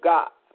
God